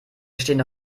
stehen